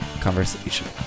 conversation